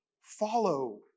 follow